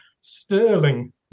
sterling